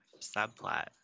subplot